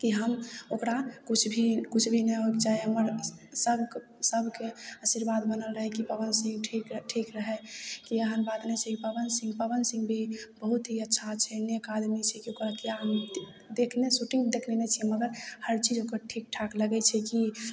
कि हम ओकरा किछु भी किछु भी नहि होइके चाही हमर सभ सभके आशीर्वाद बनल रहै कि पवन सिंह ठीक ठीक रहै कि एहन बात नहि छै पवन सिंह पवन सिंह भी बहुत ही अच्छा छै नेक आदमी छै केओ कहत किएक देखने शूटिन्ग देखने नहि छिए मगर हर चीज ओकर ठीक ठाक लगै छै कि